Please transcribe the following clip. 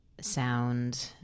sound